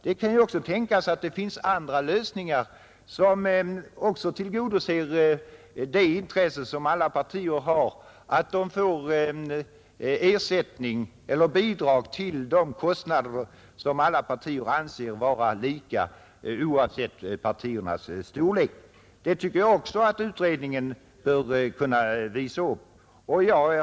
Det kan också tänkas att det finns andra lösningar, som tillgodoser det intresse alla partier har, nämligen att få bidrag till de kostnader som anses vara lika för alla partier — oavsett partiernas storlek. Jag tycker att utredningen bör kunna klara upp även den frågan.